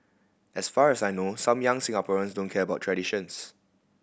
as far as I know some young Singaporeans don't care about traditions